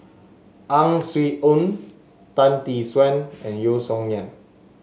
Ang Swee Aun Tan Tee Suan and Yeo Song Nian